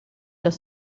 los